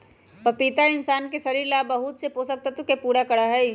पपीता इंशान के शरीर ला बहुत से पोषक तत्व के पूरा करा हई